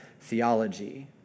theology